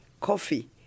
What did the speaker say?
coffee